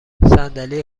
صندلی